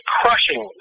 crushing